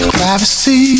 Privacy